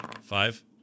Five